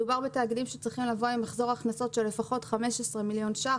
מדובר בתאגידים שצריכים לבוא עם מחזור הכנסות של לפחות 15 מיליון שקל.